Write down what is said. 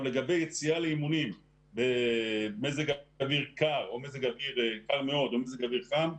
לגבי יציאה לאימונים במזג אוויר קר מאוד או מזג אוויר חם,